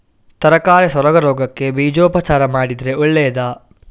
ತರಕಾರಿ ಸೊರಗು ರೋಗಕ್ಕೆ ಬೀಜೋಪಚಾರ ಮಾಡಿದ್ರೆ ಒಳ್ಳೆದಾ?